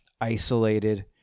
isolated